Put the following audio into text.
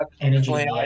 energy